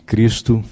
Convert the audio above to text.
Cristo